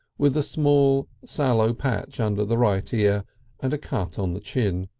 with a small sallow patch under the right ear and a cut on the chin.